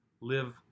live